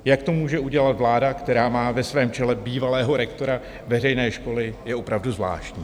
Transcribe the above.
Jak to může udělat vláda, která má ve svém čele bývalého rektora veřejné školy, je opravdu zvláštní.